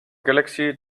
galaxy